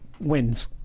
wins